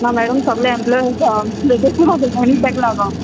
ना मॅडम सोगळे एम्प्लॉइज वेकेशना गेलाय न्ही तेक लागोन